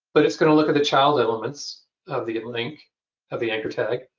but it's going to look at the child elements of the link of the anchor tag.